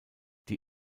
die